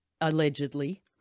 allegedly